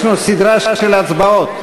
יש לנו סדרה של הצבעות.